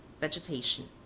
Vegetation